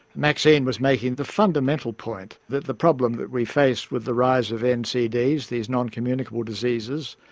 maxine was making the fundamental point that the problem that we face with the rise of ncds, these non-communicable diseases,